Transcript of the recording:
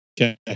Okay